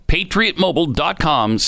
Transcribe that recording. PatriotMobile.com